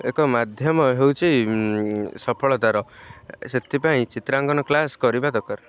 ଏକ ମାଧ୍ୟମ ହେଉଛି ସଫଳତାର ସେଥିପାଇଁ ଚିତ୍ରାଙ୍କନ କ୍ଲାସ୍ କରିବା ଦରକାର